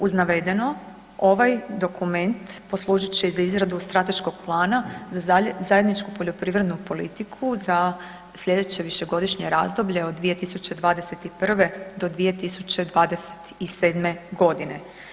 Uz navedeno ovaj dokument poslužit će i za izradu strateškog plana za Zajedničku poljoprivrednu politiku za sljedeće višegodišnje razdoblje od 2021.-2027. godine.